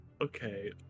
Okay